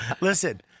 listen